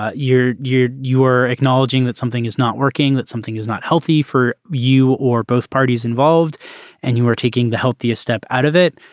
ah you're you're you're acknowledging that something is not working that something is not healthy for you or both parties involved and you are taking the healthiest step out of it.